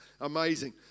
amazing